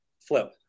flip